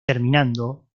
terminando